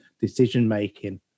decision-making